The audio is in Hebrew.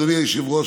אדוני היושב-ראש,